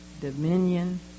dominion